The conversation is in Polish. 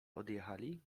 odjechali